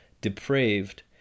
depraved